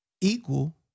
equal